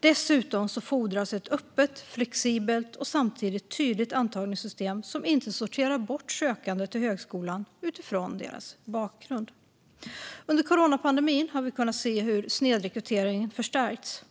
Dessutom fordras ett öppet, flexibelt och samtidigt tydligt antagningssystem som inte sorterar bort sökande till högskolan utifrån deras bakgrund. Under coronapandemin har vi sett hur snedrekryteringen förstärkts.